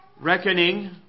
reckoning